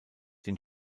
den